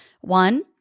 One